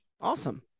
awesome